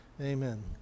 Amen